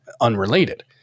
unrelated